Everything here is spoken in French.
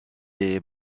est